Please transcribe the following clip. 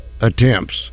attempts